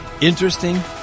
Interesting